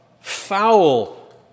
foul